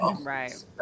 Right